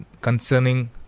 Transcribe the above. concerning